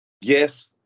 yes